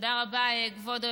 תודה רבה, כבוד היושב-ראש.